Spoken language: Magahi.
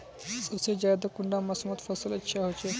सबसे ज्यादा कुंडा मोसमोत फसल अच्छा होचे?